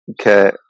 okay